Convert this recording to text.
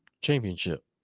championship